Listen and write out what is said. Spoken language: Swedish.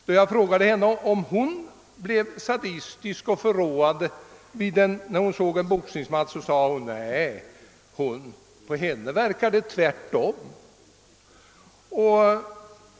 Då jag frågade henne om hon blev sadistisk och förråad när hon såg en boxningsmatch svarade hon: Nej, på mig verkar det tvärtom.